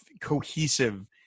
cohesive